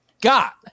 got